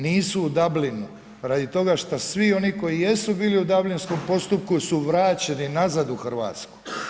Nisu u Dublinu radi toga što svi oni koji jesu bili u dablinskom postupku su vraćeni nazad u Hrvatsku.